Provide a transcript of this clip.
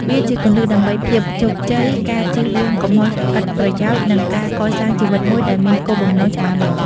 វាជាគន្លឹះដើម្បីភាពជោគជ័យ ការជៀសវាងកំហុសឥតប្រយោជន៍ និងការកសាងជីវិតមួយដែលមានគោលបំណងច្បាស់លាស់។